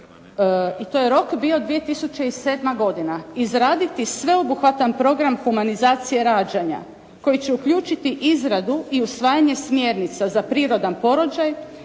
i to je rok bio 2007. godina izraditi sveobuhvatan program humanizacije rađanja koji će uključiti izradu i usvajanje smjernica za prirodan porođaj,